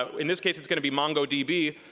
in this case, it's gonna be mongo db,